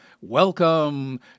welcome